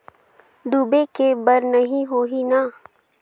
डूबे के बर नहीं होही न?